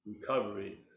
recovery